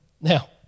Now